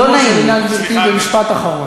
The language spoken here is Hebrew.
תבין שלחברה